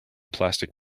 plastic